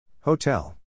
Hotel